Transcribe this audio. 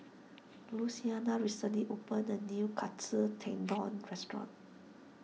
Luciana recently opened a new Katsu Tendon restaurant